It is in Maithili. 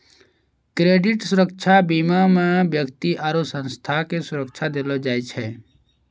क्रेडिट सुरक्षा बीमा मे व्यक्ति आरु संस्था के सुरक्षा देलो जाय छै